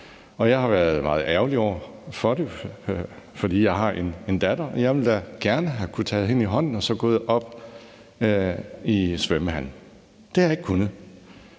Jeg har været meget ærgerlig over det, for jeg har en datter, og jeg ville da gerne have kunnet tage hende i hånden og så gået op i svømmehallen. Det har jeg ikke kunnet.